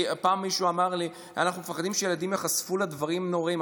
כי פעם מישהו אמר לי: אנחנו מפחדים שילדים ייחשפו לדברים נוראיים.